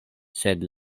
sed